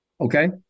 Okay